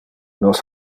nos